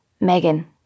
Megan